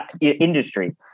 industry